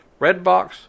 Redbox